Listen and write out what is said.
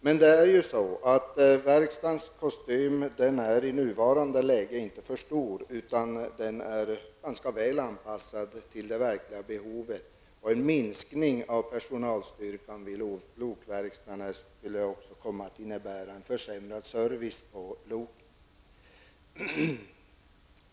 Men verkstadens kostym är i nuvarande läge inte för stor, utan den är ganska väl anpassad till det verkliga behovet, och en minskning av personalstyrkan vid lokverkstaden skulle också komma att innebära en försämrad service på loken.